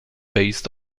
based